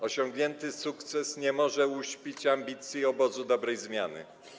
Osiągnięty sukces nie może uśpić ambicji obozu dobrej zmiany.